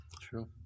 true